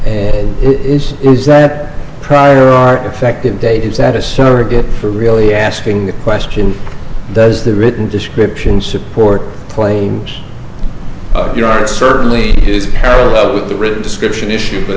tonight is is that prior art effective date is that a surrogate for really asking the question does the written description support planes there are certainly is parallel with the written description issue but